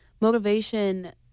motivation